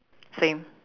same